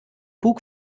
bug